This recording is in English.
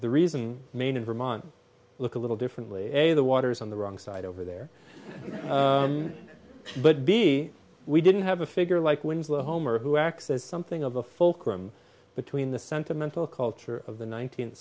the reason maine and vermont look a little differently a the water's on the wrong side over there but b we didn't have a figure like winslow homer who acts as something of a fulcrum between the sentimental culture of the nineteenth